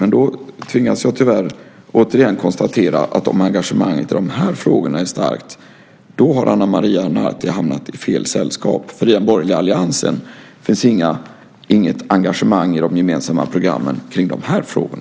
Då tvingas jag, tyvärr återigen, konstatera att om engagemanget i de här frågorna är starkt har Ana Maria Narti hamnat i fel sällskap. I den borgerliga alliansen finns inget engagemang i de gemensamma programmen kring dessa frågor.